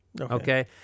Okay